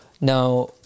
Now